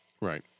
Right